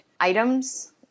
items